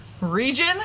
region